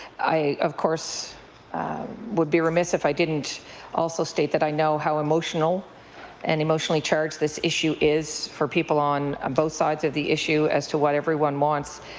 i of course would be remiss if i didn't also state i know how emotional and emotionally charged this issue is for people on both sides of the issue as to what everyone wants.